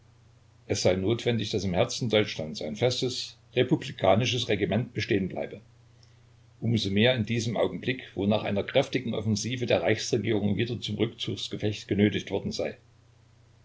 es sei notwendig daß im herzen deutschlands ein festes republikanisches regiment bestehen bleibe um so mehr in diesem augenblick wo nach einer kräftigen offensive die reichsregierung wieder zum rückzugsgefecht genötigt worden sei